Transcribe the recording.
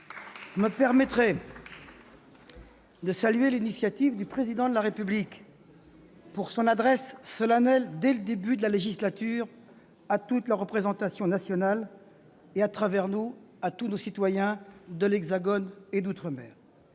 me permettrez de saluer l'initiative du Président de la République pour son adresse solennelle dès le début de la législature à toute la représentation nationale et, à travers nous, à tous nos concitoyens de l'Hexagone et d'outre-mer-les